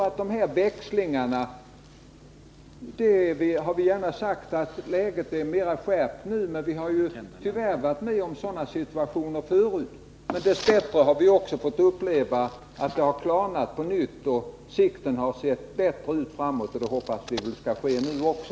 Läget är visserligen mer skärpt nu, men vi har tyvärr varit med om sådana växlingar förut. Dess bättre har vi också fått uppleva att sikten framåt klarnat, och det hoppas vi skall ske nu också.